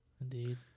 Indeed